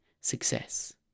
success